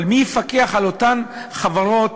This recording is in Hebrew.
אבל מי יפקח על אותן חברות?